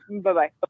Bye-bye